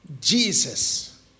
Jesus